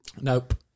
Nope